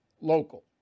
local